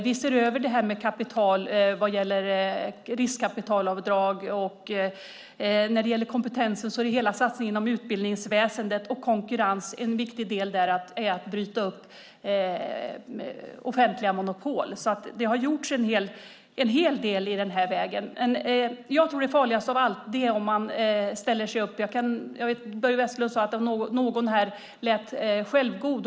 Vi ser över frågan om riskkapitalavdrag. När det gäller kompetens har vi hela satsningen av utbildningsväsendet. För konkurrens är det viktigt att bryta upp offentliga monopol. Det har gjorts en hel del. Börje Vestlund sade att någon här lät självgod.